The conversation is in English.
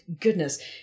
Goodness